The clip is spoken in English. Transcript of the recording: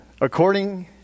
According